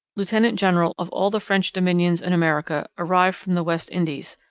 lieutenant-general of all the french dominions in america, arrived from the west indies,